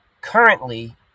currently